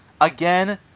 Again